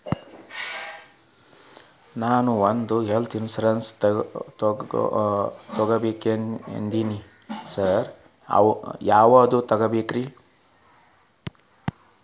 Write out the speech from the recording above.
ನಾನ್ ಒಂದ್ health insurance ತಗಬೇಕಂತಿದೇನಿ sir ಯಾವದ ತಗಬೇಕ್ರಿ?